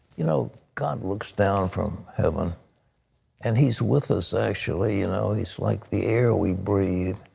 you know god looks down from heaven and he's with us actually, you know. he's like the air we breathe.